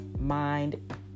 mind